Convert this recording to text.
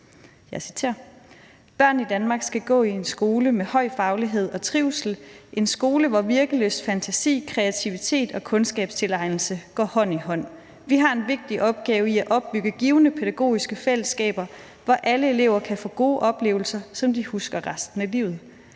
vedtagelse »Børn i Danmark skal gå i en skole med høj faglighed og trivsel – en skole, hvor virkelyst, fantasi, kreativitet og kundeskabstilegnelse går hånd i hånd. Vi har en vigtig opgave i at opbygge givende pædagogiske fællesskaber, hvor alle elever kan få gode oplevelser, som de husker resten af livet.